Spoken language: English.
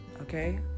Okay